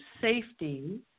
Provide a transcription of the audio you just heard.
safety